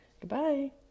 Goodbye